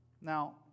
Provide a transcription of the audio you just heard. Now